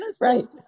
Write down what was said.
Right